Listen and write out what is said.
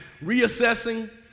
reassessing